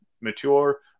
mature